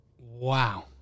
Wow